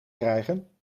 krijgen